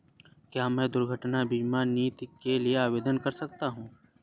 क्या मैं दुर्घटना बीमा नीति के लिए आवेदन कर सकता हूँ?